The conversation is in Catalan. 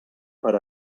per